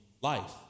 life